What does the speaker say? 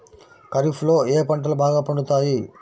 ఖరీఫ్లో ఏ పంటలు బాగా పండుతాయి?